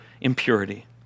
impurity